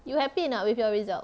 you happy or not with your result